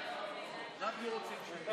אנחנו רוצים שמית.